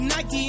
Nike